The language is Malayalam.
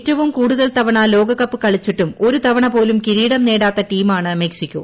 ഏറ്റവും കൂടുതൽ തവണ ലോകകപ്പ് കളിച്ചിട്ടും ഒരു തവണ പോലും കിരീടം നേടാത്ത ടീമാണ് മെക്സിക്കോ